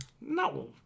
No